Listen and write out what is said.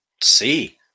see